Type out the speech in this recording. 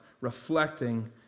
reflecting